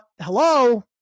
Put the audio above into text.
Hello